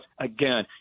again